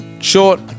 Short